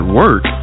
work